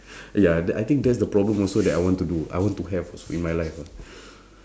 ya that I think that's the problem also that I want to do I want to have al~ in my life ah